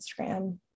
Instagram